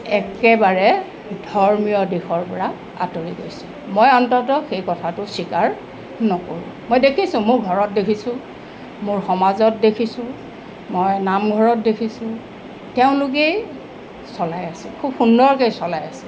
একেবাৰে ধৰ্মীয় দিশৰ পৰা আঁতৰি গৈছে মই অন্তত সেই কথাটো স্বীকাৰ নকৰোঁ মই দেখিছোঁ মোৰ ঘৰত দেখিছোঁ মোৰ সমাজত দেখিছোঁ মই নামঘৰত দেখিছোঁ তেওঁলোকেই চলাই আছে খুব সুন্দৰকৈ চলাই আছে